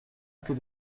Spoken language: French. que